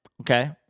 okay